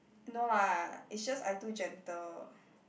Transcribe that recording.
no lah is just I too gentle